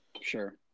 Sure